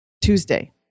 Tuesday